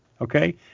okay